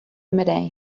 midday